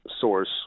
source